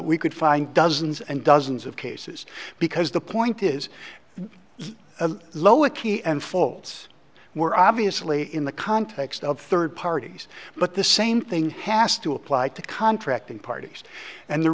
we could find dozens and dozens of cases because the point is low a key and faults were obviously in the context of third parties but the same thing has to apply to contracting parties and the